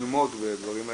ללמוד מהדברים האלה.